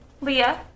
Leah